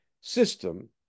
system